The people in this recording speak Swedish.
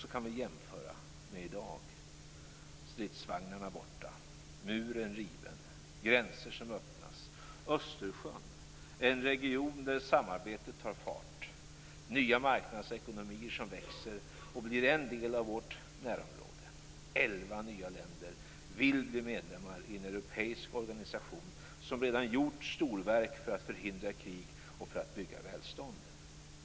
Så kan vi jämföra med i dag; stridsvagnarna är borta, muren är riven och gränserna öppnas. Östersjön har blivit en region där samarbetet tar fart. Nya marknadsekonomier växer, och blir en del av vårt närområde. Elva nya länder vill bli medlemmar i en europeisk organisation som redan gjort storverk för att förhindra krig och för att bygga välstånd.